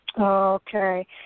Okay